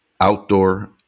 Outdoor